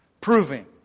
proving